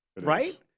right